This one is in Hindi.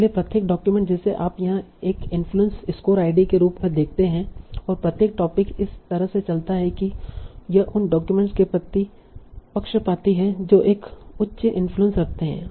इसलिए प्रत्येक डॉक्यूमेंट जिसे आप यहां एक इन्फ्लुएंस स्कोर आईडी के रूप में देखते हैं और प्रत्येक टोपिक इस तरह से चलता है कि यह उन डाक्यूमेंट्स के प्रति पक्षपाती है जो एक उच्च इन्फ्लुएंस रखते हैं